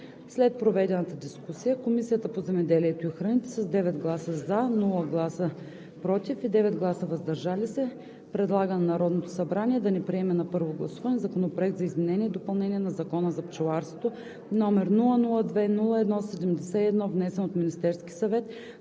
След проведената дискусия Комисията по земеделието и храните с 9 гласа „за“, без „против“ и 9 гласа „въздържал се“ предлага на Народното събрание да не приеме на първо гласуване Законопроект за изменение и допълнение на Закона за пчеларството, № 002-01-71, внесен от Министерския съвет